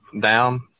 down